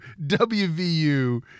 WVU